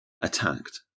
attacked